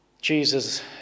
Jesus